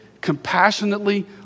compassionately